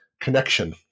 connection